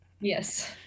Yes